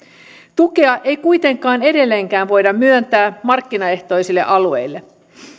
tukea ei kuitenkaan edelleenkään voida myöntää markkinaehtoisille alueille